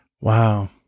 Wow